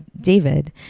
David